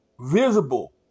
visible